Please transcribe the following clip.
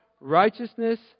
righteousness